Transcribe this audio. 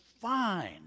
fine